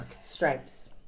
Stripes